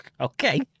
Okay